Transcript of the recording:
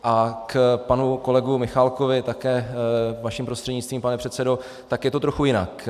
A k panu kolegovi Michálkovi také vaším prostřednictvím, pane předsedo, tak je to trochu jinak.